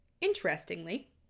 Interestingly